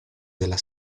della